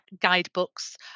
guidebooks